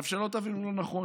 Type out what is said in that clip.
עכשיו, שלא תבינו לא נכון.